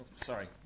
sorry